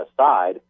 aside